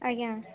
ଆଜ୍ଞା